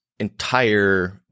entire